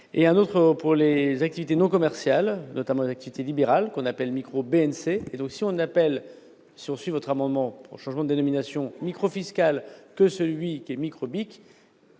et un autre pour les activités non commerciales, notamment l'activité libérale qu'on appelle micro BMC et donc si on appelle sursis votre amendement changement d'élimination micro-fiscal que celui qui est micro-BIC.